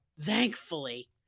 thankfully